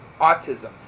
autism